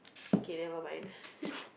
okay never mind